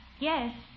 Yes